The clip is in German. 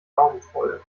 gaumenfreude